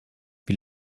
wie